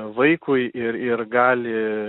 vaikui ir ir gali